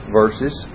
verses